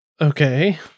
Okay